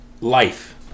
Life